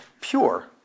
pure